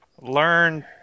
learn